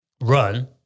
run